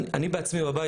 אני בעצמי בבית,